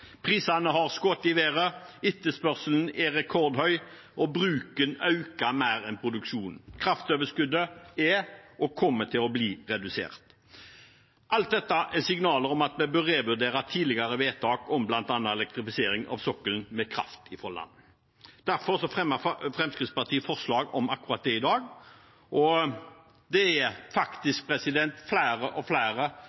Prisene har skutt i været, etterspørselen er rekordhøy, og bruken øker mer enn produksjonen. Kraftoverskuddet er, og kommer til å bli, redusert. Alt dette er signaler om at vi bør revurdere tidligere vedtak om bl.a. elektrifisering av sokkelen med kraft fra land. Derfor fremmer Fremskrittspartiet forslag om akkurat det i dag. Det er